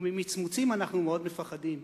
וממצמוצים אנחנו מאוד מפחדים.